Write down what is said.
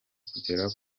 kugera